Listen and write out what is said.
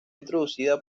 introducida